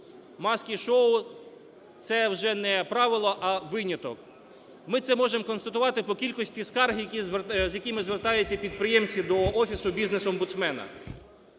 "маски-шоу" - це вже не правило, а виняток. Ми це можемо констатувати по кількості скарг, з якими звертаються підприємці до Офісу бізнес-омбудсмена,